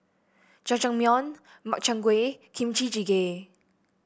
Jajangmyeon Makchang Gui Kimchi Jjigae